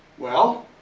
well